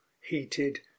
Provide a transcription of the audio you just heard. heated